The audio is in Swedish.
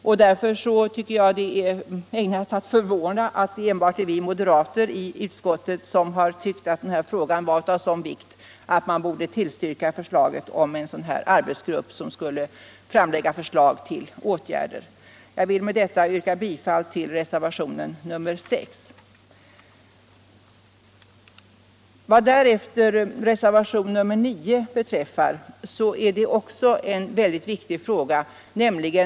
Jag tycker också det är ägnat att förvåna att det bara är vi moderater i utskottet som har ansett att denna fråga är av sådan vikt att förslaget om tillsättande av en arbetsgrupp som föreslår lämpliga åtgärder borde tillstyrkas. Herr talman! Med det anförda vill jag yrka bifall till reservationen 6 i justitieutskottets betänkande nr 28. Vad beträffar reservationen 9 är det också där en mycket viktig fråga som tas upp.